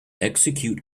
execute